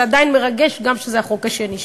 זה עדיין מרגש, גם כשזה החוק השני שלי.